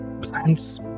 plants